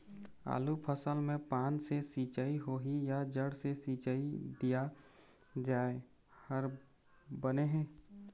आलू फसल मे पान से सिचाई होही या जड़ से सिचाई दिया जाय हर बने हे?